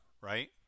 right